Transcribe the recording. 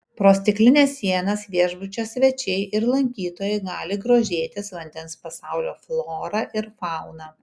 pro stiklines sienas viešbučio svečiai ir lankytojai gali grožėtis vandens pasaulio flora ir fauna